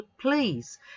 please